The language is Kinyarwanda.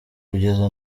kugeza